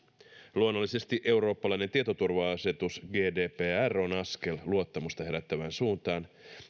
luonnollisesti eurooppalainen tietoturva asetus gdpr on askel luottamusta herättävään suuntaan